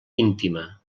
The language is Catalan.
íntima